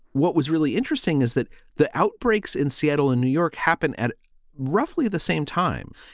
what was really interesting is that the outbreaks in seattle and new york happened at roughly the same time.